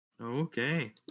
Okay